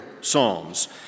psalms